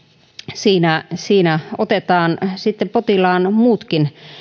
siinä siinä otetaan sitten potilaan muutkin